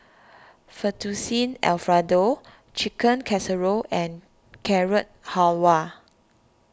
Fettuccine Alfredo Chicken Casserole and Carrot Halwa